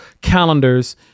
calendars